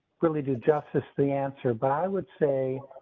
really do justice the answer, but i would say.